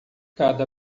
cada